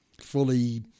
fully